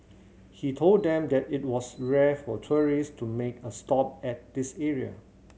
he told them that it was rare for tourist to make a stop at this area